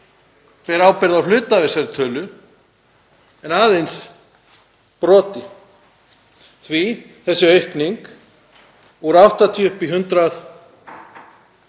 ber ábyrgð á hluta af þessari tölu en aðeins broti því að þessi aukning, úr 80 upp í 100